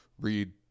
Read